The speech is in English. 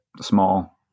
small